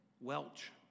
Welch